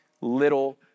little